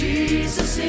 Jesus